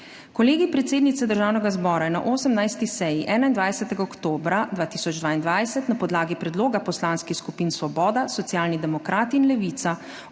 Kolegij predsednice Državnega zbora je na 18. seji 21. oktobra 2022 na podlagi predloga poslanskih skupin Svoboda, Socialni demokrati in Levica